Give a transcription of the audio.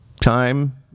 time